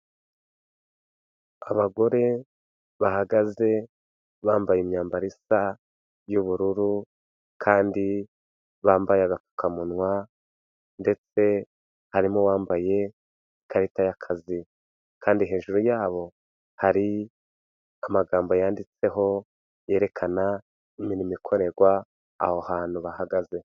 Abagore bahagaze bambaye imyambaro isa y'ubururu, kandi bambaye agapfukamunwa, ndetse harimo uwambaye ikarita y'akazi, kandi hejuru yabo hari amagambo yanditseho yerekana imirimo ikorerwa aho hantu bahagaze.